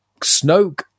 Snoke